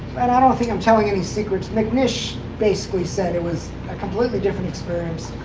and i don't think i'm telling any secrets. mcnish basically said it was a completely different experience,